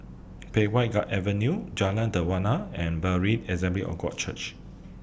Pei Wah God Avenue Jalan Dermawan and Berean Assembly of God Church